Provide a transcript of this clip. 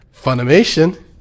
Funimation